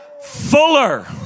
Fuller